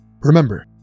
Remember